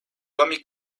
cómic